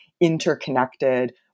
interconnected